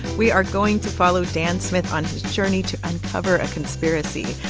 we are going to follow dan smith on his journey to uncover a conspiracy.